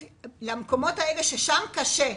אבל במקומות שבהם קשה,